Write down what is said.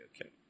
okay